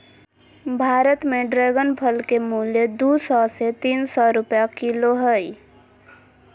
भारत में ड्रेगन फल के मूल्य दू सौ से तीन सौ रुपया किलो हइ